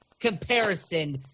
comparison